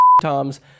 Toms